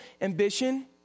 ambition